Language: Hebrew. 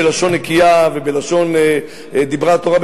בלשון נקייה דיברה התורה,